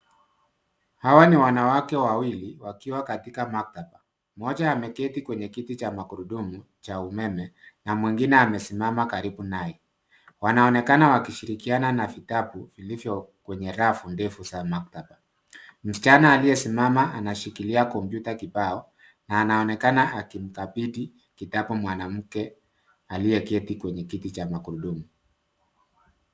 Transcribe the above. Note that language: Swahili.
Hawa ni wanawake wawili wakiwa katika maktaba, mmoja ameketi kwenye kiti cha magurudumu cha umeme na mwingine amesimama karibu naye, wanaonekana wakishirikiana na vitabu vilivyo kwenye rafu ndefu za maktaba. Msichana aliyesimama anashikilia kompyuta kibao, na anaonekana akimkabidhi kitabu mwanamke aliyeketi kwenye kiti cha makurudumu.